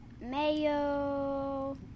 mayo